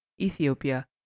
Ethiopia